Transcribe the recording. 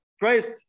Christ